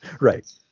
right